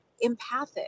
empathic